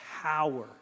power